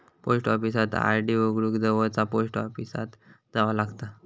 post ऑफिसात RD उघडूक जवळचा पोस्ट ऑफिसात जावा लागता